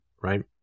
right